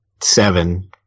seven